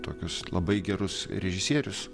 tokius labai gerus režisierius